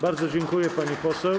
Bardzo dziękuję, pani poseł.